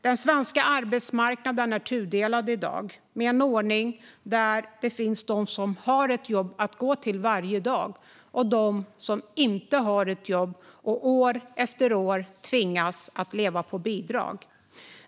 Den svenska arbetsmarknaden är tudelad, med en ordning där det finns de som har ett jobb att gå till varje dag och de som inte har ett jobb och år efter år tvingas leva på bidrag.